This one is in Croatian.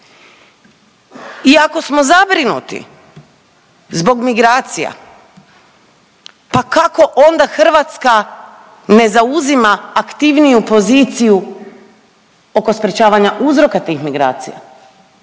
Iako smo zabrinuti zbog migracija pa kako onda Hrvatska ne zauzima aktivniju poziciju oko sprječavanja uzroka tih migracija,